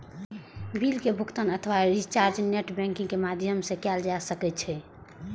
bill के भुगातन अथवा रिचार्ज नेट बैंकिंग के माध्यम सं कैल जा सकै छै